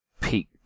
peak